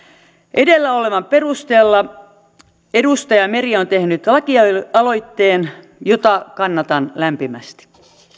edellä olevan perusteella edustaja meri on tehnyt lakialoitteen jota kannatan lämpimästi